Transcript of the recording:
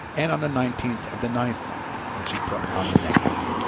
and on the nineteenth of the ninth month, when she put on the necklace.